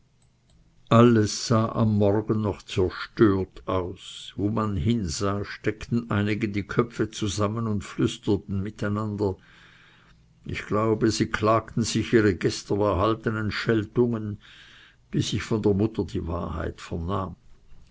alles sah am morgen noch zerstört aus wo man hinsah steckten einige die köpfe zusammen und flüsterten miteinander ich glaubte sie klagten sich ihre gestern erhaltenen scheltungen bis ich von der mutter die wahrheit